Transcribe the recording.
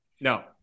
No